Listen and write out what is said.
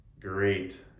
Great